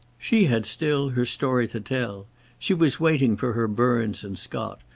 she had still her story to tell she was waiting for her burns and scott,